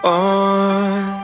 on